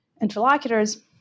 interlocutors